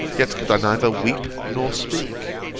yet could i neither weep nor speak.